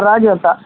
ರಾಜು ಅಂತ